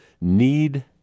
need